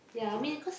I said that